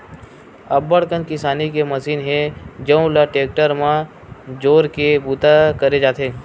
अब्बड़ कन किसानी के मसीन हे जउन ल टेक्टर म जोरके बूता करे जाथे